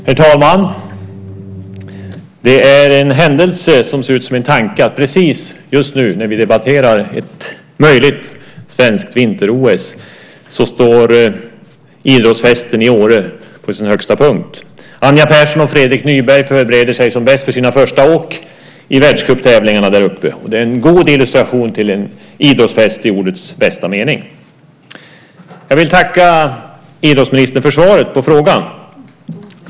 Herr talman! Det är en händelse som ser ut som en tanke att precis just nu när vi debatterar ett möjligt svenskt vinter-OS så står idrottsfesten i Åre på sin högsta punkt. Anja Pärson och Fredrik Nyberg förbereder sig som bäst för sina första åk i världscuptävlingarna där uppe. Det är en god illustration till en idrottsfest i ordets bästa mening. Jag vill tacka idrottsministern för svaret på frågan.